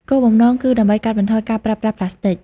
គោលបំណងគឺដើម្បីកាត់បន្ថយការប្រើប្រាស់ប្លាស្ទិក។